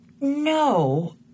No